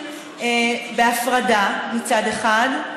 בהפרדה מצד אחד,